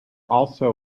also